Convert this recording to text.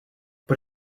but